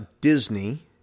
Disney